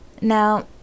now